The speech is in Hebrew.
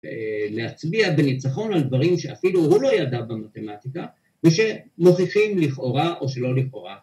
להצביע בניצחון על דברים שאפילו הוא לא ידע במתמטיקה ושמוכיחים לכאורה או שלא לכאורה